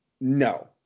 No